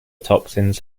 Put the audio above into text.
toxins